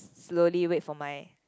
slowly wait for my